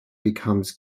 becomes